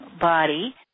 body